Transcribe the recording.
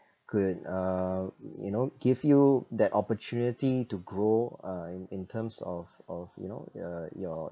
could uh you know give you that opportunity to grow uh in in terms of of you know uh your